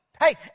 Hey